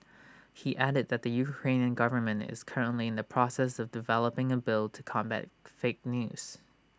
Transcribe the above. he added that the Ukrainian government is currently in the process of developing A bill to combat fake news